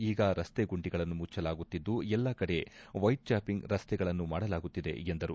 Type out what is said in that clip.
ಈಗ ರಸ್ತೆ ಗುಂಡಿಗಳನ್ನು ಮುಜ್ಜಲಾಗುತ್ತಿದ್ದು ಎಲ್ಲಾ ಕಡೆ ವೈಟ್ಟ್ಕಾಪಿಂಗ್ ರಸ್ತೆಗಳನ್ನು ಮಾಡಲಾಗುತ್ತಿದೆ ಎಂದರು